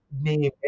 name